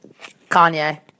Kanye